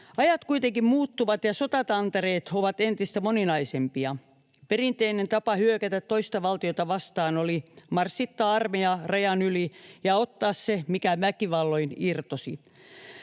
Ajat kuitenkin muuttuvat, ja sotatantereet ovat entistä moninaisempia. Perinteinen tapa hyökätä toista valtiota vastaan oli marssittaa armeija rajan yli ja ottaa se, mikä väkivalloin irtosi.